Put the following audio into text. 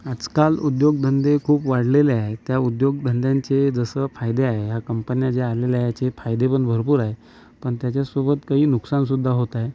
आजकाल उद्योग धंदे खूप वाढलेले आहेत त्या उद्योगधंद्यांचे जसे फायदे आहे या कंपन्या ज्या आलेल्या च्या आहे त्याचे फायदे पण भरपूर आहे आणि त्याच्यासोबत काही नुकसानसुद्धा होत आहे